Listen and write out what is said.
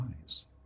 eyes